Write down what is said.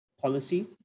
policy